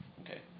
Okay